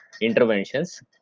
interventions